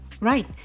Right